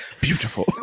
Beautiful